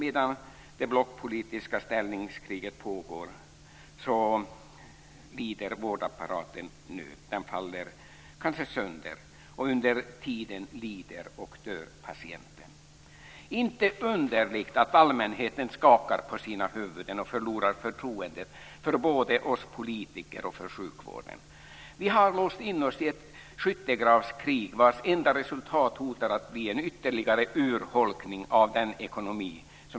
Medan det blockpolitiska ställningskriget pågår lider vårdapparaten nöd - den faller kanske sönder - och under tiden lider och dör patienten. Inte underligt att allmänheten skakar på sina huvuden och förlorar förtroendet både för oss politiker och för sjukvården.